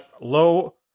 low